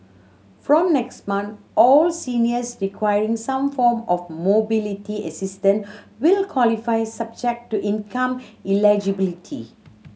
from next month all seniors requiring some form of mobility assistance will qualify subject to income eligibility